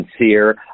sincere